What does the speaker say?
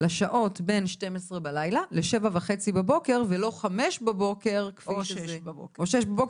לשעות בין 24:00 ל-7:30 בבוקר ולא 5:00 או 6:00,